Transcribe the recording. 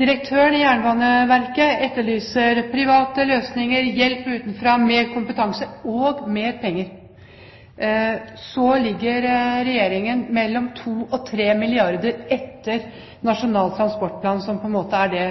direktøren i Jernbaneverket etterlyser private løsninger, hjelp utenfra, mer kompetanse og mer penger. Så ligger Regjeringen 2–3 milliarder kr etter Nasjonal transportplan, som på en måte er det